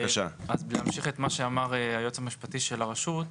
בהמשך למה שאמר היועץ המשפטי של הרשות,